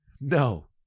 No